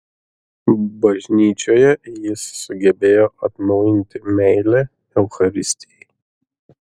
bažnyčioje jis sugebėjo atnaujinti meilę eucharistijai